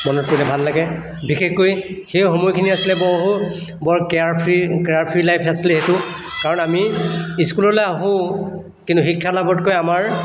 মনত পৰিলে ভাল লাগে বিশেষকৈ সেই সময়খিনি আছিলে বহুত বৰ carefree carefree life আছিলে এইটো কাৰণ আমি ইস্কুললৈ আহোঁ কিন্তু শিক্ষা লাভতকৈ আমাৰ